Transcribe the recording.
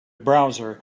browser